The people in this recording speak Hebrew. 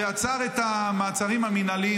שעצר את המעצרים המינהליים,